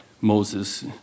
Moses